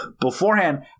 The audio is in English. beforehand